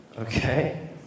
Okay